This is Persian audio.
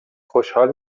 خوشحال